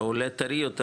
שהעולה טרי יותר,